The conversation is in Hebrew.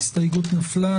ההסתייגות נפלה.